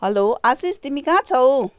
hello Ashish तिमी कहाँ छौ